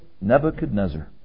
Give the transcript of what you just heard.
Nebuchadnezzar